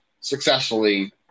successfully